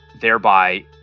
thereby